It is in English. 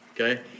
okay